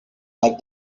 like